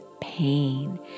pain